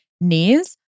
knees